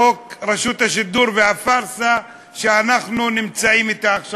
חוק רשות השידור והפארסה שאנחנו נמצאים בה עכשיו.